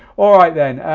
all right then,